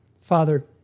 Father